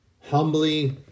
humbly